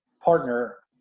partner